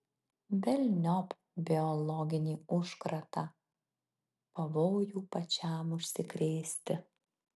velniop biologinį užkratą pavojų pačiam užsikrėsti